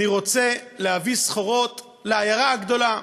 אני רוצה להביא סחורות לעיירה הגדולה,